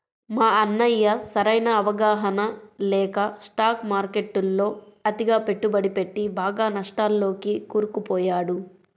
మా అన్నయ్య సరైన అవగాహన లేక స్టాక్ మార్కెట్టులో అతిగా పెట్టుబడి పెట్టి బాగా నష్టాల్లోకి కూరుకుపోయాడు